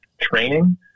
training